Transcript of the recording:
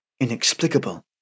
inexplicable